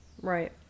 Right